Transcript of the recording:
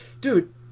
dude